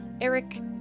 Eric